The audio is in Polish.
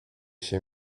się